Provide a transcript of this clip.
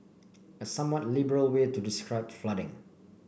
a somewhat liberal way to describe flooding